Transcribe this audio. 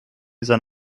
sein